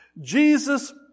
Jesus